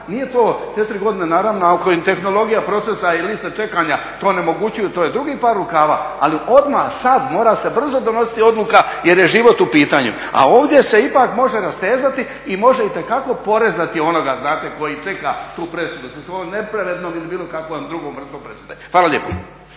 nije to 4 godine. Naravno ako im tehnologija procesa i liste čekanja to onemogućuju, to je drugi par rukava, ali odmah sad mora se brzo donositi odluka jer je život u pitanju. A ovdje se ipak može rastezati i može itekako porezati onoga koji čeka tu presudu sa svojom nepravednom ili bilo kakvom drugom vrstom presude. Hvala lijepo.